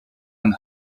and